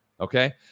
okay